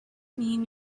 mean